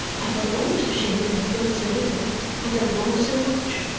i felt almost ashamed to have done so little and have won so much.